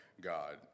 God